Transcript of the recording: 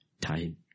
time